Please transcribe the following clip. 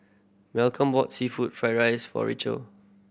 Malcolm bought seafood fried rice for Rachelle